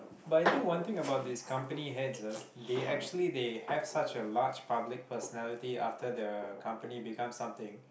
but I think one thing about this company heads ah they actually they have such a large public personality after the company becomes something